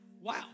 wow